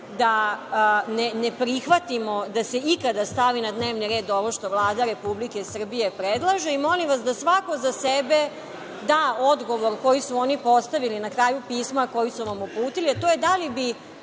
da ne prihvatimo da se ikada stavi na dnevni red ovo što Vlada Republike Srbije predlaže i molim vas, da svako za sebe da odgovor koji su oni postavili na kraju pisma koje su nam uputili, a to je da li bi